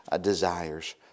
desires